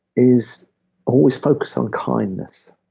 is always focus on kindness.